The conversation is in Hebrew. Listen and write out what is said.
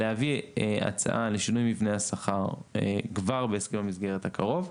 להביא הצעה לשינוי מבנה השכר כבר בהסכם המסגרת הקרוב.